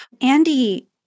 Andy